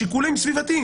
אבל שיקולים סביבתיים